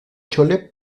chole